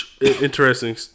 interesting